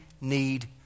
need